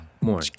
more